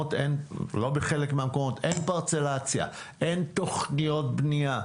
אין פרצלציה, אין תכניות בניה.